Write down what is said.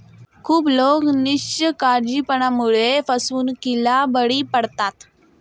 खूप लोक निष्काळजीपणामुळे फसवणुकीला बळी पडतात